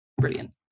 brilliant